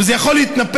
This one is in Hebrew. וזה יכול להתנפח,